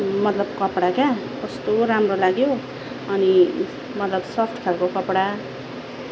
मतलब कपडा क्या कस्तो राम्रो लाग्यो अनि मतलब सफ्ट खालको कपडा